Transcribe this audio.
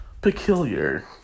peculiar